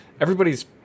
everybody's